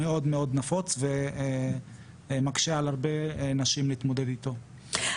כפי שהיא התבטאה גם בדיון וגם איך שאנחנו מכירים,